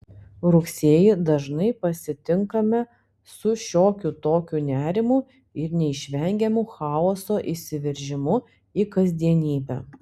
rugsėjį dažnai pasitinkame su šiokiu tokiu nerimu ir neišvengiamu chaoso įsiveržimu į kasdienybę